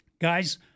Guys